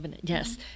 Yes